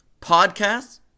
podcasts